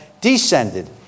descended